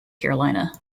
carolina